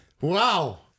Wow